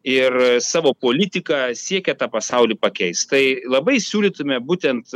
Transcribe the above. ir savo politika siekia tą pasaulį pakeist tai labai siūlytumėme būtent